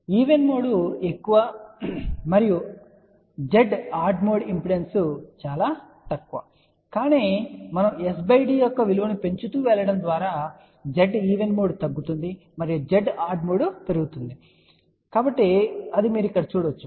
even mode ఎక్కువ మరియు Z odd mode impedance చాలా తక్కువ కానీ మనం s d యొక్క విలువను పెంచుతూ వెళ్లడం ద్వారా Z ఈవెన్ మోడ్ తగ్గుతుంది మరియు Z ఆడ్ మోడ్ పెరుగుతుంది అని మీరు చూడవచ్చు